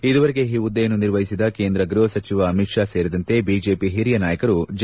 ಇದುವರೆಗೆ ಈ ಹುದ್ದೆಯನ್ನು ನಿರ್ವಹಿಸಿದ ಕೇಂದ್ರ ಗೃಹ ಸಚಿವ ಅಮಿತ್ ಶಾ ಸೇರಿದಂತೆ ಬಿಜೆಪಿ ಹಿರಿಯ ನಾಯಕರು ಜೆ